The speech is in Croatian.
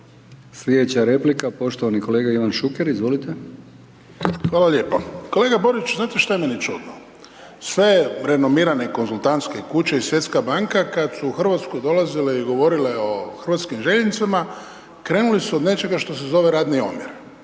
Sljedeća replika poštovani kolega Ivan Šuker, izvolite. **Šuker, Ivan (HDZ)** Hvala lijepo. Kolega Borić, znate što je meni čudno, sve renomirane konzultantske kuće i Svjetska banka, kada su u Hrvatsku dolazile i govorile o hrvatskim željeznicama, krenule su od nečega što se zove radni omjer,